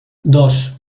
dos